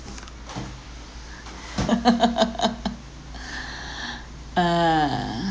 ah